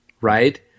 right